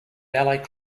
ballet